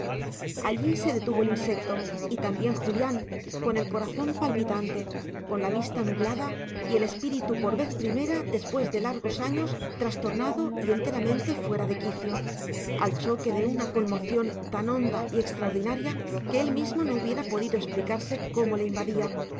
allí se detuvo el insecto y allí también julián con el corazón palpitante con la vista nublada y el espíritu por vez primera después de largos años trastornado y enteramente fuera de quicio al choque de una conmoción tan honda y extraordinaria que él mismo no hubiera podido explicarse cómo le invadía